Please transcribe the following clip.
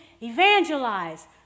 evangelize